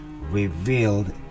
revealed